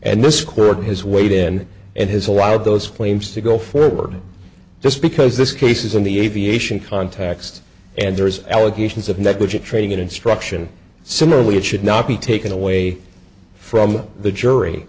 and this court has weighed in and has allowed those flames to go forward just because this case is in the aviation context and there's allegations of negligent training instruction similarly it should not be taken away from the jury